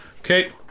Okay